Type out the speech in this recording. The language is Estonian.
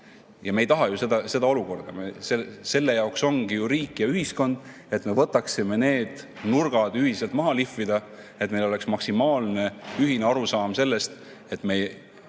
Me ei taha ju seda olukorda. Selle jaoks ongi ju riik ja ühiskond, et me võtaksime need nurgad ühiselt maha lihvida, et meil oleks maksimaalne ühine arusaam sellest, et